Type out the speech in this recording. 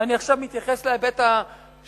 ואני עכשיו מתייחס להיבט המקצועי,